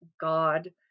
God